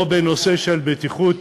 או בנושא של בטיחות,